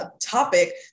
topic